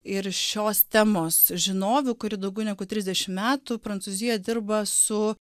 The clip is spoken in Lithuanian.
ir šios temos žinovių kuri daugiau negu trisdešimt metų prancūzijoj dirba su